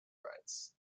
rights